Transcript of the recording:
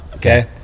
Okay